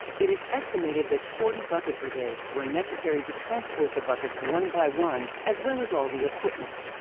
it is estimated that forty bucket brigades were necessary to transport the buckets one by one as well as all the equipment.